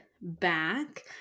back